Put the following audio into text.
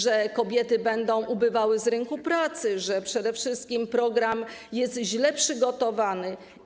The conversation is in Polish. Twierdziła, że kobiety będą ubywały z rynku pracy, że przede wszystkim program jest źle przygotowany.